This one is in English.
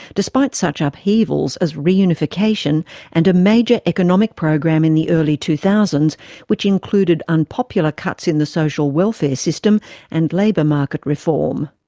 despite such upheavals as reunification and a major economic program in the early two thousand s which included unpopular cuts in the social welfare system and labour market reform.